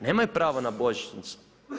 Nemaju pravo na božićnicu?